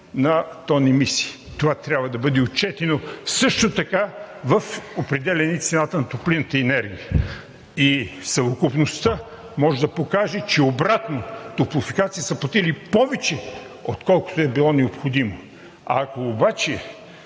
на тон емисии. Това трябва да бъде отчетено също така в определяне на цената на топлинната енергия. Съвкупността може да покаже обратно, че топлофикациите са платили повече, отколкото е било необходимо. Ако обаче